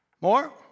More